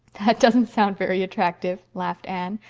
that doesn't sound very attractive, laughed anne.